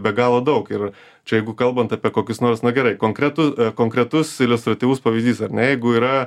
be galo daug ir čia jeigu kalbant apie kokius nors na gerai konkretų konkretus iliustratyvus pavyzdys ar ne jeigu yra